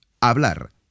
Hablar